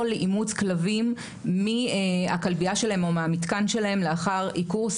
לאימוץ כלבים מהכלבייה שלהם או מהמתקן שלהם לאחר עיקור,